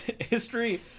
history